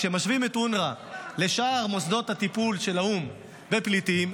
כשמשווים את אונר"א לשאר מוסדות הטיפול של האו"ם בפליטים,